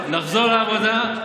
לחזור לעבודה,